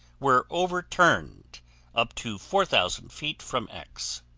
were overturned up to four thousand feet from x.